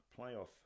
playoff